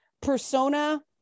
persona